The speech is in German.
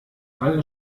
alle